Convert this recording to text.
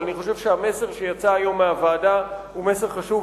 אבל אני חושב שהמסר שיצא היום מהוועדה הוא מסר חשוב,